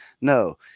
No